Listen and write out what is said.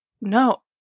no